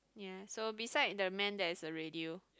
ya so beside the man there's a radio